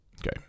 Okay